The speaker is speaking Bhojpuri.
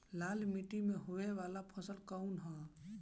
लाल मीट्टी में होए वाला फसल कउन ह?